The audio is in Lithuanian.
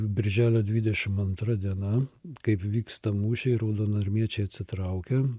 birželio dvidešimt antra diena kaip vyksta mūšiai raudonarmiečiai atsitraukia